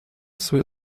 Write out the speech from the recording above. sweet